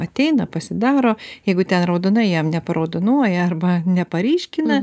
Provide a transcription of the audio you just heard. ateina pasidaro jeigu ten raudonai jiem neparaudonuoja arba neparyškina